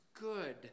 good